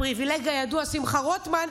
הפריבילג הידוע שמחה רוטמן,